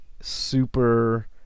super